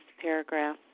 paragraph